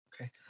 Okay